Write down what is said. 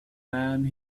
man